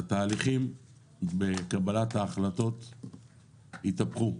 התהליכים בקבלת ההחלטות התהפכו.